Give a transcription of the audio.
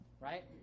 right